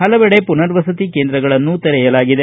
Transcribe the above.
ಹಲವೆಡೆ ಪುನರ್ವಸತಿ ಕೇಂದ್ರಗಳನ್ನು ತೆರೆಯಲಾಗಿದೆ